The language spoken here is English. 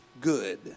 good